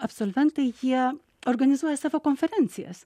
absolventai jie organizuoja savo konferencijas